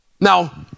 Now